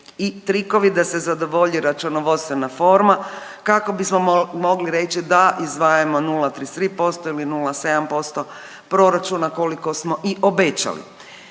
I trikovi da se zadovolji računovodstvena forma kako bismo mogli reći da izdvajamo 0,33% ili 0,7% proračuna koliko smo i obećali.